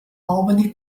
albany